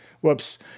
Whoops